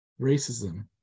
racism